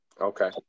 Okay